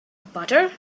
butter